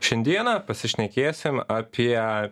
šiandieną pasišnekėsim apie